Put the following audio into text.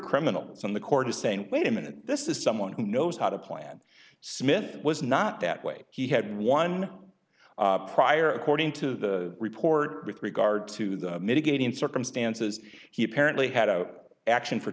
criminals on the court is saying wait a minute this is someone who knows how to plan smith was not that way he had one prior according to the report with regard to the mitigating circumstances he apparently had zero action for